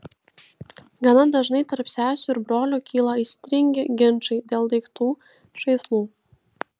gana dažnai tarp sesių ir brolių kyla aistringi ginčai dėl daiktų žaislų